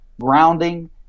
grounding